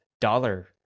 dollar